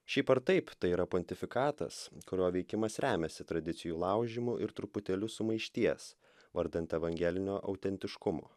šiaip ar taip tai yra pontifikatas kurio veikimas remiasi tradicijų laužymu ir truputėliu sumaišties vardant evangelinio autentiškumo